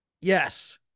Yes